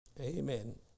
Amen